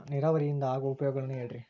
ನೇರಾವರಿಯಿಂದ ಆಗೋ ಉಪಯೋಗಗಳನ್ನು ಹೇಳ್ರಿ